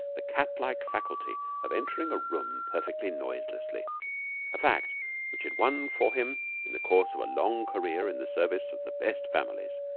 the cat-like faculty of entering a room perfectly noiselessly a fact which had won for him, in the course of a long career in the service of the best families,